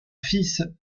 fils